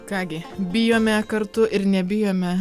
ką gi bijome kartu ir nebijome